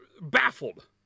Baffled